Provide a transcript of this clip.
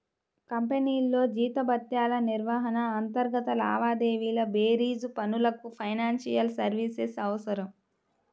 కంపెనీల్లో జీతభత్యాల నిర్వహణ, అంతర్గత లావాదేవీల బేరీజు పనులకు ఫైనాన్షియల్ సర్వీసెస్ అవసరం